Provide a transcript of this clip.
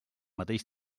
mateix